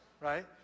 right